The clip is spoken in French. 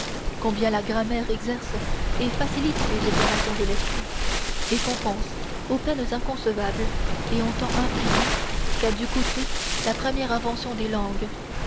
combien la grammaire exerce et facilite les opérations de l'esprit et qu'on pense aux peines inconcevables et au temps infini qu'a dû coûter la première invention des langues